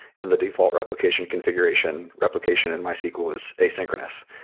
in the default replication configuration, replication in mysql is asynchronous.